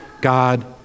God